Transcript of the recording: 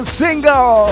single